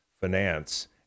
finance